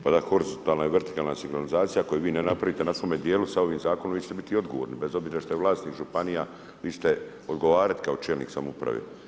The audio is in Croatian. Pa da horizontalna i vertikalna signalizacija koju vi ne napravite na svome dijelu sa ovim zakonom vi ćete biti odgovorni, bez obzira šta je vlasnik županija vi ćete odgovarati kao čelnik samouprave.